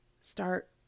start